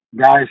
guys